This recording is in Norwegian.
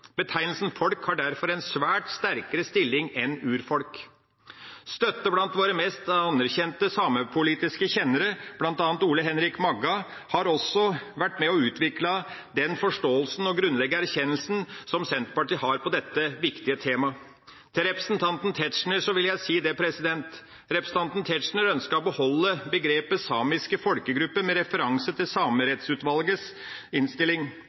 Betegnelsen «folk» har derfor en mye sterkere stilling enn «urfolk». Vi har støtte blant våre mest anerkjente samepolitiske kjennere, bl.a. Ole Henrik Magga, som også har vært med og utvikle den forståelsen og den grunnleggende erkjennelsen Senterpartiet har på dette viktige temaet. Til representanten Tetzschner vil jeg si: Representanten Tetzschner ønsket å beholde begrepet «samiske folkegrupper», med referanse til Samerettsutvalgets innstilling.